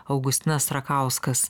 augustinas rakauskas